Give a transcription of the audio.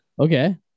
Okay